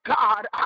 God